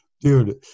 Dude